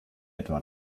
etwa